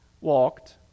walked